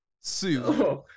Sue